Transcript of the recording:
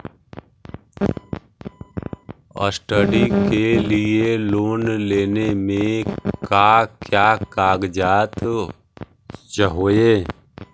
Study के लिये loan लेने मे का क्या कागजात चहोये?